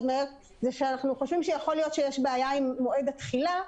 מהר אנחנו חושבים שיכול להיות שיש בעיה עם מועד התחילה,